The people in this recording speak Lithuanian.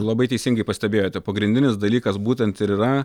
labai teisingai pastebėjote pagrindinis dalykas būtent ir yra